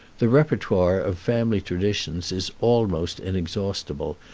the repertoire of family traditions is almost inexhaustible,